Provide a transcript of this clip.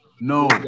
No